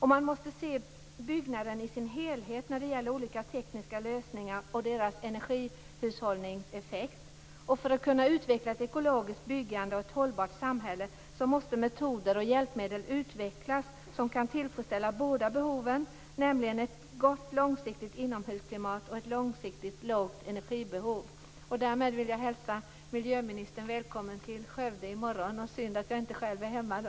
Man måste se byggnaden i sin helhet när det gäller olika tekniska lösningar och deras energihushållningseffekt, och för att kunna utveckla ett ekologiskt byggande och ett hållbart samhälle måste metoder och hjälpmedel utvecklas som kan tillfredsställa båda behoven, nämligen ett gott långsiktigt inomhusklimat och ett långsiktigt lågt energibehov. Därmed vill jag hälsa miljöministern välkommen till Skövde i morgon. Det är synd att jag inte själv är hemma då.